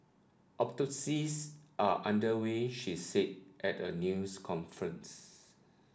autopsies are under way she said at a news conference